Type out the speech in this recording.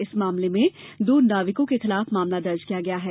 इस मामले में दो नाविको के खिलाफ मामला दर्ज किया गया हैं